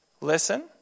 listen